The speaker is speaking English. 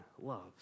loves